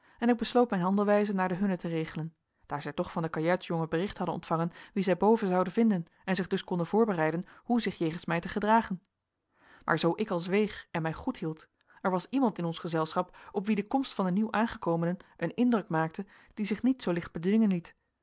en ik besloot mijn handelwijze naar de hunne te regelen daar zij toch van den kajuitsjongen bericht hadden ontvangen wien zij boven zouden vinden en zich dus konden voorbereiden hoe zich jegens mij te gedragen maar zoo ik al zweeg en mij goed hield er was iemand in ons gezelschap op wien de komst van de nieuwaangekomenen een indruk maakte die zich niet zoo licht bedwingen liet